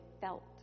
felt